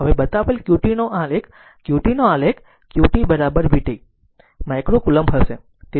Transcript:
હવે બતાવેલ q t નો આલેખ q t નો આલેખ q t v t micro coulomb હશે